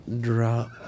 drop